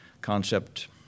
concept